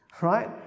Right